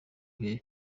gihe